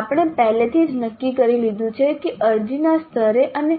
આપણે પહેલેથી જ નક્કી કરી લીધું છે કે અરજીના સ્તરે અમને